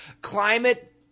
Climate